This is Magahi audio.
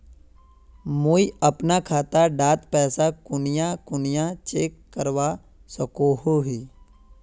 मुई अपना खाता डात पैसा कुनियाँ कुनियाँ चेक करवा सकोहो ही?